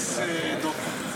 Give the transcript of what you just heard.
ביס דוקו.